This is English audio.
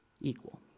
equal